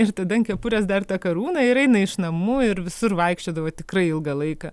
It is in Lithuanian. ir tada ant kepurės dar tą karūną ir eina iš namų ir visur vaikščiodavo tikrai ilgą laiką